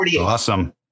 awesome